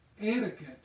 etiquette